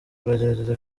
tugerageza